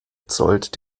zollt